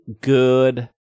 good